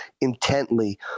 intently